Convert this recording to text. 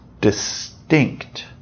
distinct